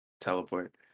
teleport